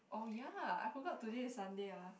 oh ya I forgot today is Sunday ah